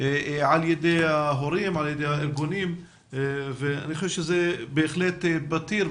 מצד ההורים והארגונים, ואני חושב שהוא בהחלט פתיר.